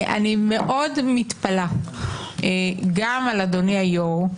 אני מאוד מתפלאת גם על אדוני היושב-ראש,